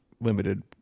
limited